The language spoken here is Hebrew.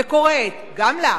וקוראת גם לך,